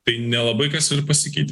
tai nelabai kas ir pasikeitė